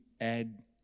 Add